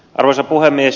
arvoisa puhemies